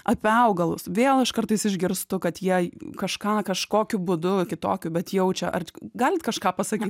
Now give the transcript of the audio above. apie augalus vėl aš kartais išgirstu kad jei kažką kažkokiu būdu kitokiu bet jaučia ar galit kažką pasakyt